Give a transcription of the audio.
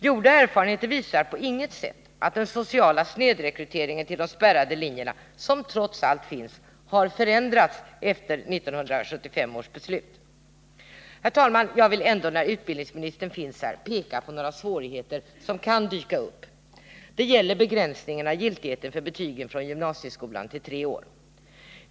Gjorda erfarenheter visar på intet sätt att den sociala snedrekrytering till de spärrade linjerna som trots allt finns har förändrats efter 1975 års beslut. Herr talman! Jag vill ändå, när utbildningsministern finns här, peka på några svårigheter som kan dyka upp. De gäller begränsningen av giltigheten för betygen från gymnasieskolan till tre år.